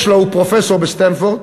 הוא פרופסור בסטנפורד,